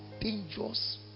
dangerous